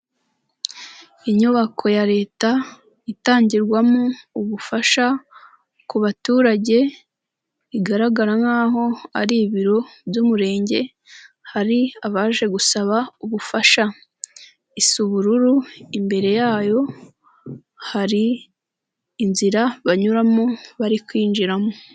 Inyubako ya leta itangirwamo ubufasha ku baturage, igaragara nk'aho ari ibiro by'umurenge; hari abaje gusaba ubufasha, isa ubururu imbere yayo, hari inzira banyuramo bari kwinjiramo.